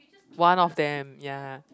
one of them ya